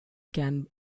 can